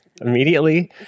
immediately